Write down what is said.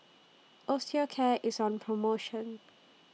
Osteocare IS on promotion